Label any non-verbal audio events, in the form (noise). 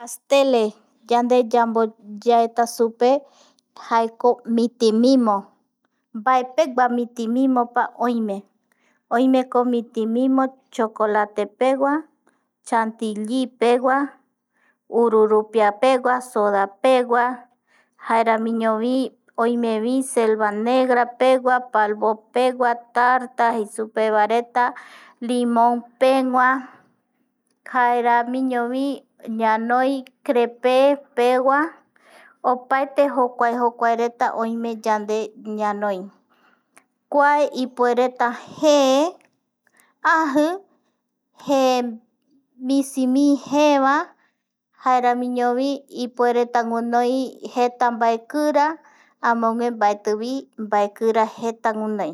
Pasteles yande yambo (hesitation) yaeta supe jaeko mitimimo mbaepegua mitimimo pa oime, oimeko mitimimo, chokolate pegua, chantillipegua ururupiapegua sodapegua, jaeramiñovi oimevi selva negrapegua, palkovapegua, tartapegua jei supevaereta, limon pegua, jaeramiñovi ñanoi crepépegua, opaete jokua jokuareta oime yande ñanoi. kua ipuereta jeta jee, aji, jee,, misimi jeevae jaeramiñovi ipuereta guinoi jeta mbaekira amogue mbaetivi mbaekira jeta guinoi